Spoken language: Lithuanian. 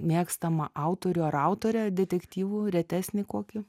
mėgstamą autorių ar autorę detektyvų retesnį kokį